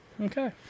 Okay